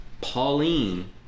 pauline